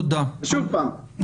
ושוב פעם,